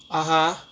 ah ha